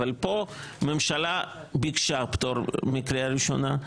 אבל פה הממשלה ביקשה פטור מקריאה ראשונה,